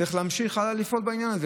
צריך להמשיך הלאה לפעול בעניין הזה,